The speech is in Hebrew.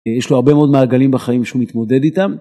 יש לו הרבה מאוד מעגלים בחיים שהוא מתמודד איתם.